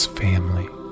family